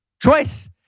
Choice